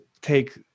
take